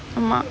ஆமா:aamaa